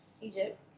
egypt